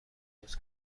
درست